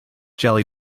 jelly